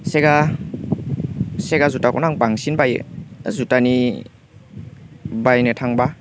सेगा जुटाखौनो आं बांसिन बायो जुटानि बायनो थांबा